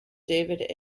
david